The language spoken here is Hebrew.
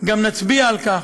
גם נצביע על כך,